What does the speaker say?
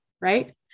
right